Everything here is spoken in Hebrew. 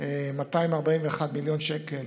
ו-241 מיליון שקלים